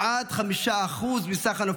כמעט 5% מסך הנופלים,